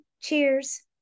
Cheers